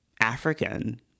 African